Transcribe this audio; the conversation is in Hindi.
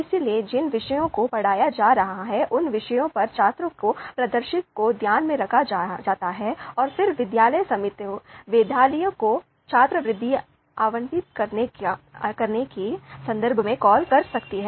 इसलिए जिन विषयों को पढ़ाया जा रहा है उन विषयों पर छात्रों के प्रदर्शन को ध्यान में रखा जाता है और फिर विद्यालय समिति मेधावियों को छात्रवृत्ति आवंटित करने के संदर्भ में कॉल कर सकती है